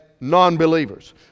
non-believers